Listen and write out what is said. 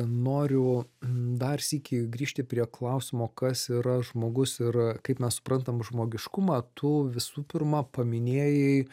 noriu dar sykį grįžti prie klausimo kas yra žmogus ir kaip mes suprantam žmogiškumą tu visų pirma paminėjai